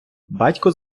батько